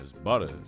butter